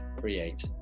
create